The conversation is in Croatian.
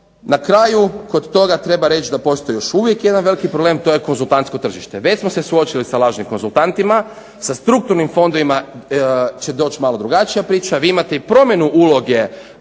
Na kraju kod toga treba reći da postoji još uvijek jedan veliki problem, to je konzultantsko tržište. Već smo se suočili sa lažnim konzultantima. Sa strukturnim fondovima će doći malo drugačija priča, vi imate i promjenu ulogu